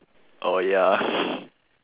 oh ya